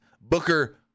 Booker